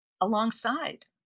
alongside